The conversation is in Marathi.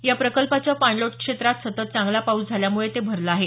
या प्रकल्पाच्या पाणलोट क्षेत्रात सतत चांगला पाऊस झाल्यामुळे ते भरले आहे